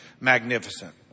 magnificent